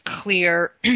clear